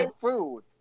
food